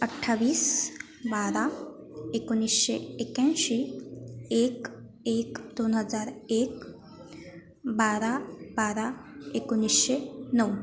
अठ्ठावीस बारा एकोणवीसशे एक्क्याऐंशी एक एक दोन हजार एक बारा बारा एकोणवीसशे नऊ